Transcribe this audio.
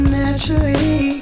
naturally